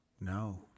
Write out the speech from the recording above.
No